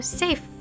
safe